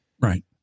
Right